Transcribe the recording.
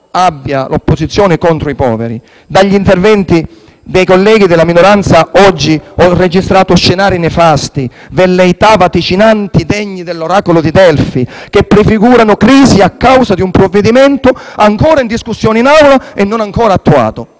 abbia l'opposizione contro i poveri. Negli interventi dei colleghi della minoranza oggi ho registrato scenari nefasti e velleità vaticinanti degni dell'oracolo di Delfi che prefigurano crisi a causa di un provvedimento ancora in discussione e non ancora approvato.